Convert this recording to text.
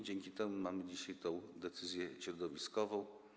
Dzięki temu mamy dzisiaj tę decyzję środowiskową.